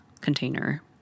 container